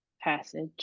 passage